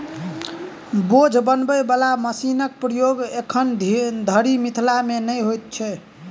बोझ बनबय बला मशीनक प्रयोग एखन धरि मिथिला मे नै होइत अछि